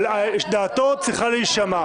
אבל דעתו צריכה להישמע.